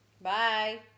Bye